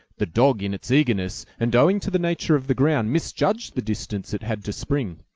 the dog in its eagerness, and owing to the nature of the ground, misjudged the distance it had to spring.